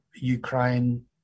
Ukraine